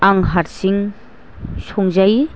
आं हारसिं संना जायो